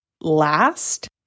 last